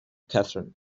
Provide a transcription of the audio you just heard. catherine